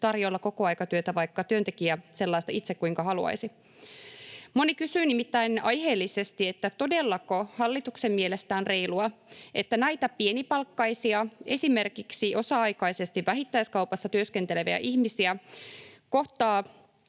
tarjolla kokoaikatyötä, vaikka työntekijä sellaista itse kuinka haluaisi. Moni kysyy nimittäin aiheellisesti, onko todella hallituksen mielestä reilua näitä pienipalkkaisia, esimerkiksi osa-aikaisesti vähittäiskaupassa työskenteleviä ihmisiä kohtaan,